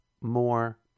more